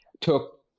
took